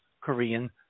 Korean